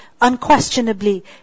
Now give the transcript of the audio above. Unquestionably